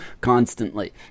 constantly